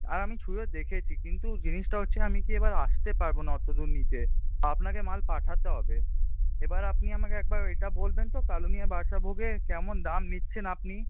আর আমি ছুঁয়েও দেখেছি কিন্তু জিনিসটা হচ্ছে আমি কী এবার আসতে পারব না অত দূর নিতে আপনাকে মাল পাঠাতে হবে এবার আপনি আমাকে একবার এটা বলবেন তো কালনুনিয়া বাদশাভোগের কেমন দাম নিচ্ছেন আপনি